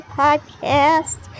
podcast